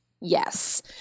Yes